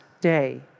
day